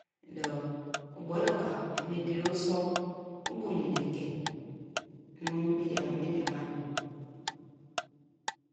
Do ubow yoka enime dreyi usom ubow yen ekein nu midian adu